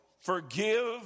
forgive